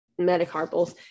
metacarpals